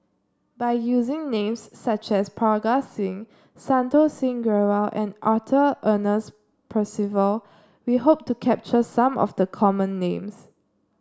by using names such as Parga Singh Santokh Singh Grewal and Arthur Ernest Percival we hope to capture some of the common names